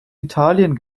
italien